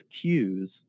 cues